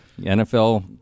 nfl